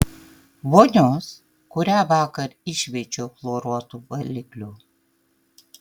vonios kurią vakar iššveičiau chloruotu valikliu